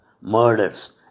murders